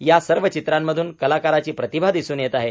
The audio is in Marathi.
या सर्वे चित्रांमधून कलाकाराची प्रतिभा दिसून येत आहे